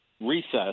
recess